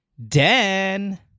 Dan